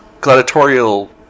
gladiatorial